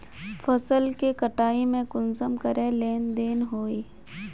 फसल के कटाई में कुंसम करे लेन देन होए?